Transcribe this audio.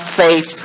faith